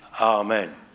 Amen